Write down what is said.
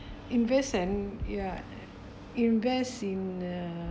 invest and ya invest in uh